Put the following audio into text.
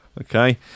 okay